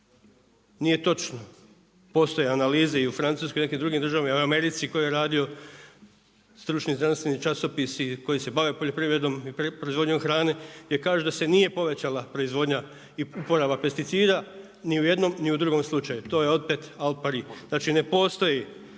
nije točno, postoje analize i u Francuskoj i u nekim drugim državama i u Americi tko je radio, stručni i znanstveni časopisi koji se bave poljoprivredom i proizvodnjom hrane gdje kaže da se nije povećala proizvodnja i uporaba pesticida, ni u jednom ni u drugom slučaju, to je opet al pari. Znači ne postoji